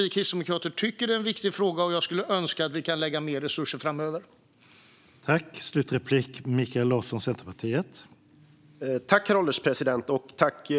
Vi kristdemokrater tycker att det är en viktig fråga, och jag skulle önska att vi kan lägga mer resurser på detta framöver.